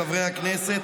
חברי הכנסת,